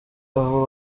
aho